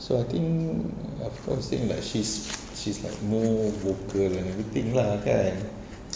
so I think she's she's like more vocal and everything lah kan